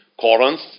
Corinth